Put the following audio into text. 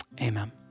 amen